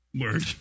word